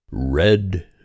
Red